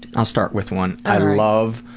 i'll start with one. i love,